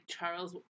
Charles